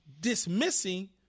dismissing